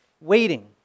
waiting